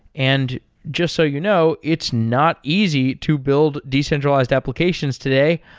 and just so you know, it's not easy to build decentralized applications today,